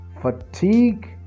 fatigue